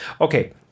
Okay